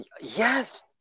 Yes